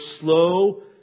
slow